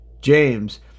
James